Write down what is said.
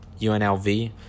UNLV